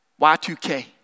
Y2K